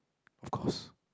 of course